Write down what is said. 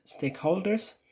stakeholders